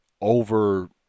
over